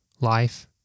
life